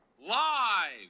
live